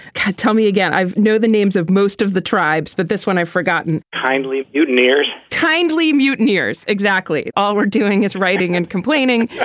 tell me again. i know the names of most of the tribes, but this one i've forgotten kindly mutineers. kindly mutineers. exactly. all we're doing is writing and complaining.